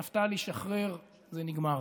נפתלי, שחרר, זה נגמר.